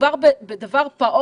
בסך הכול מדובר בדבר פעוט,